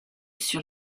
sur